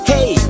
Hey